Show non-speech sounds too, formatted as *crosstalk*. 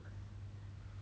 *laughs*